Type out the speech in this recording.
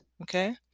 okay